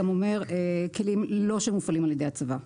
זה גם אומר כלים שלא מופעלים על ידי הצבא.